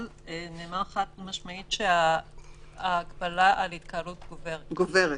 נאמר חד-משמעית שההגבלה על התקהלות גוברת.